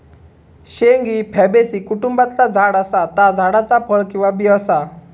शेंग ही फॅबेसी कुटुंबातला झाड असा ता झाडाचा फळ किंवा बी असा